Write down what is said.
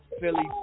Philly